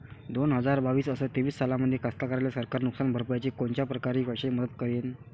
दोन हजार बावीस अस तेवीस सालामंदी कास्तकाराइले सरकार नुकसान भरपाईची कोनच्या परकारे पैशाची मदत करेन?